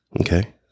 Okay